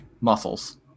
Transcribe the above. muscles